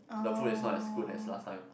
the food is not as good as last time